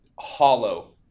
hollow